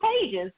pages